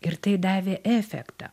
ir tai davė efektą